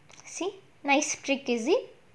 see nice trick is it